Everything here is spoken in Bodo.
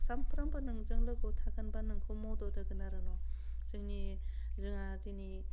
सामफ्रामबो नोंजों लोगोआव थागोन बा नोंखौ मदद होगोन आरो न' जोंनि जोंहा जोंनि